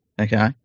okay